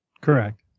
Correct